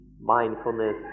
mindfulness